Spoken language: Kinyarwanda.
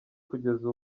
kugeza